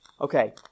Okay